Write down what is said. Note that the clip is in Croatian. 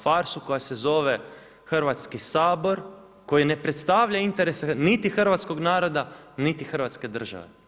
Farsu koja se zove Hrvatski sabor, koji ne predstavlja interese niti hrvatskog naroda, niti hrvatske države.